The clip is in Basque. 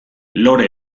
lore